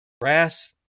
GRASS